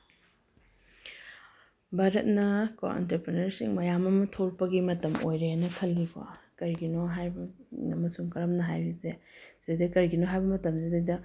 ꯚꯥꯔꯠꯅ ꯀꯣ ꯑꯦꯟꯇꯔꯄ꯭ꯔꯦꯅꯔꯁꯤꯡ ꯃꯌꯥꯝ ꯑꯃ ꯊꯣꯛꯂꯛꯄꯒꯤ ꯃꯇꯝ ꯑꯣꯏꯔꯦꯅ ꯈꯜꯂꯤꯀꯣ ꯀꯔꯤꯒꯤꯅꯣ ꯍꯥꯏꯕ ꯑꯃꯁꯨꯡ ꯀꯔꯝꯅ ꯍꯥꯏꯔꯤꯕꯁꯦ ꯁꯤꯗꯩꯁꯤꯗ ꯀꯔꯤꯒꯤꯅꯣ ꯍꯥꯏꯕ ꯃꯇꯝꯁꯤꯗꯩꯗ